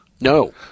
No